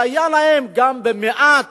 תסייע להם גם במעט,